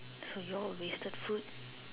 so you all wasted food